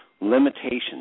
limitations –